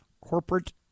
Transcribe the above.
Corporate